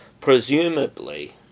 Presumably